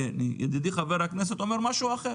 ידידי חבר הכנסת מציע פה משהו אחר.